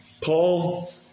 Paul